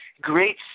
great